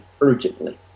urgently